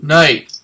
night